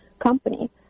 company